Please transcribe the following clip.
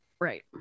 Right